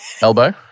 Elbow